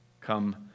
Come